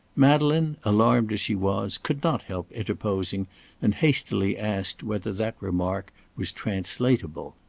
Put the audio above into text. madeleine, alarmed as she was, could not help interposing, and hastily asked whether that remark was translatable.